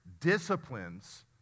disciplines